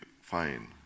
fine